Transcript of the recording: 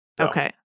Okay